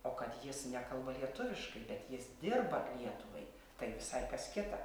o kad jis nekalba lietuviškai bet jis dirba lietuvai tai visai kas kita